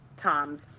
Tom's